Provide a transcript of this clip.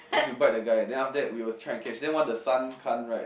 as you bite the guy then after that we'll try and catch then once the sun come right